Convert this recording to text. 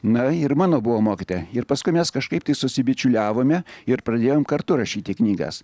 na ir mano buvo mokytoja ir paskui mes kažkaip susibičiuliavome ir pradėjom kartu rašyti knygas